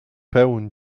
paun